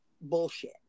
bullshit